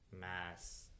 mass